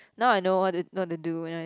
now I know what to what to do when I